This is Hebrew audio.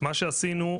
מה שעשינו,